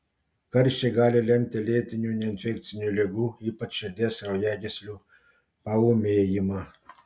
karščiai gali lemti lėtinių neinfekcinių ligų ypač širdies kraujagyslių paūmėjimą